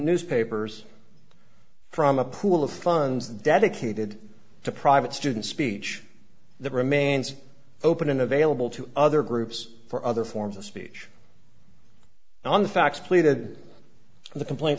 newspapers from a pool of funds dedicated to private student speech that remains open and available to other groups for other forms of speech on the facts pleaded the complaint